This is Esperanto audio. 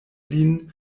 lin